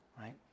right